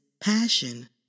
passion